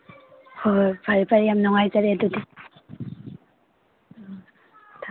ꯍꯣꯏ ꯍꯣꯏ ꯐꯔꯦ ꯐꯔꯦ ꯌꯥꯝ ꯅꯨꯡꯉꯥꯏꯖꯔꯦ ꯑꯗꯨꯗꯤ